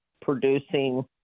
producing